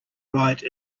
ride